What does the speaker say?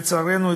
לצערנו,